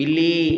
बिल्ली